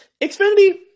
Xfinity